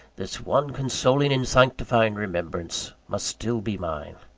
this one consoling and sanctifying remembrance must still be mine.